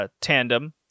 tandem